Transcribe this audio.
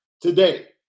today